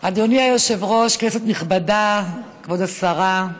אדוני היושב-ראש, כנסת נכבדה, כבוד השרה,